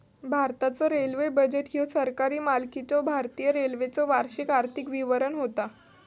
भारताचो railway budget ह्यो सरकारी मालकीच्यो भारतीय रेल्वेचो वार्षिक आर्थिक विवरण होता